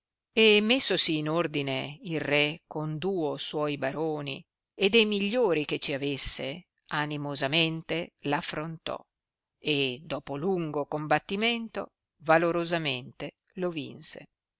e messosi in ordine il re con duo suoi baroni e dei migliori che ci avesse animosamente la affrontò e dopo lungo combattimento valorosamente lo vinse